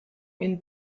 une